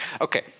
okay